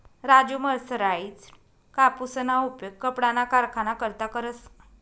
Raju mercerised कापूसना उपयोग कपडाना कारखाना करता करस